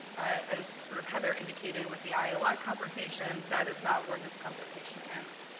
as sort of heather indicated with the ah ioi conversation, that is not where this conversation ends.